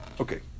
Okay